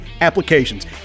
applications